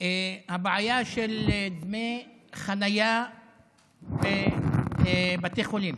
הבעיה של דמי חניה בבתי חולים.